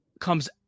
comes